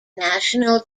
national